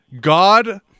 God